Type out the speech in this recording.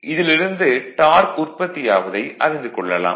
இதிலிருந்து டார்க் உற்பத்தியாவதை அறிந்து கொள்ளலாம்